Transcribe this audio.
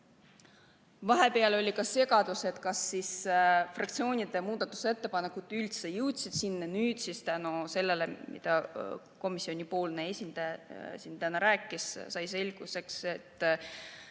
Vahepeal oli ka segadus, kas fraktsioonide muudatusettepanekud üldse jõudsid sinna. Nüüd siis tänu sellele, mida komisjoni esindaja siin täna rääkis, sai selgeks, et